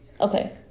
Okay